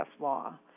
law